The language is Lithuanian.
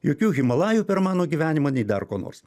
jokių himalajų per mano gyvenimą nei dar ko nors